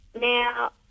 Now